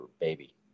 baby